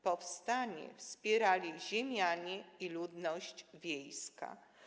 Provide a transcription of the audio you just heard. Powstanie wspierali ziemianie i ludność wiejska.